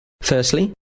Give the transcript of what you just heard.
Firstly